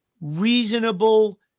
Reasonable